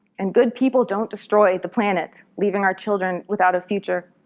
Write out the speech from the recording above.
and good people don't destroy the planet, leaving our children without a future.